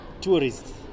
tourists